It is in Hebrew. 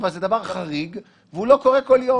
אבל זה דבר חריג שלא קורה כל יום.